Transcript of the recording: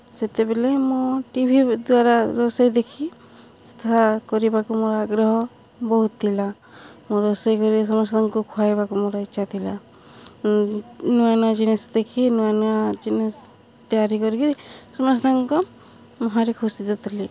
ସେତେବେଲେ ମୁଁ T V ଦ୍ୱାରା ରୋଷେଇ ଦେଖି କରିବାକୁ ମୋର ଆଗ୍ରହ ବହୁତ ଥିଲା ମୁଁ ରୋଷେଇ କରି ସମସ୍ତଙ୍କୁ ଖୁଆଇବାକୁ ମୋର ଇଚ୍ଛା ଥିଲା ନୂଆ ନୂଆ ଜିନିଷ ଦେଖି ନୂଆ ନୂଆ ଜିନିଷ ତିଆରି କରିକିରି ସମସ୍ତଙ୍କ ଭାରି ଖୁସିରେ ଥିଲି